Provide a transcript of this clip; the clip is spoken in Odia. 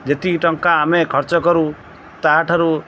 ଯେତିକି ଟଙ୍କା ଆମେ ଖର୍ଚ୍ଚ କରୁ ତା'ଠାରୁ